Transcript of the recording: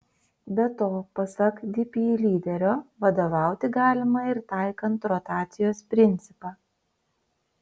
be to pasak dp lyderio vadovauti galima ir taikant rotacijos principą